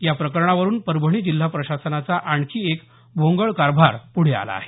या प्रकरणावरुन परभणी जिल्हा प्रशासनाचा आणखी एक भोंगळ कारभार पुढे आला आहे